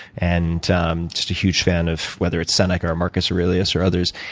and just a huge fan of whether it's seneca or marcus aurelius or others.